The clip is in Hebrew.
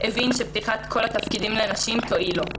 הבין שפתיחת כל התפקידים לנשים תועיל לו,